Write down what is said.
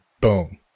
boom